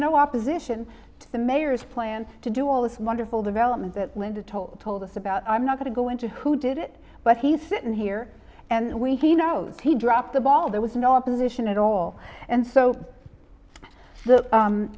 no opposition to the mayor's plan to do all this wonderful development that linda told told us about i'm not going to go into who did it but he's sitting here and when he knows he dropped the ball there was no opposition at all and so